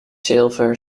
zilver